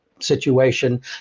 Situation